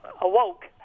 awoke